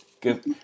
Good